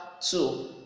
two